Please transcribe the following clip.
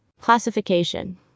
Classification